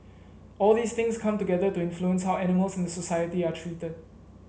all these things come together to influence how animals in the society are treated